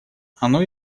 оно